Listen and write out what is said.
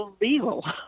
illegal